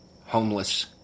homeless